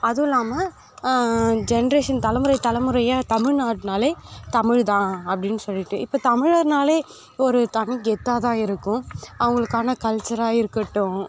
அதுவும் இல்லாமல் ஜென்ரேஷன் தலைமுறை தலைமுறையாக தமிழ் நாடுனாலே தமிழ் தான் அப்படின்னு சொல்லிட்டு இப்போ தமிழர்னாலே ஒரு தனி கெத்தாக தான் இருக்கும் அவங்களுக்கான கல்ச்சராக இருக்கட்டும்